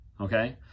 okay